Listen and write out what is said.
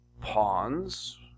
pawns